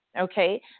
Okay